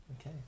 Okay